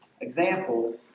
examples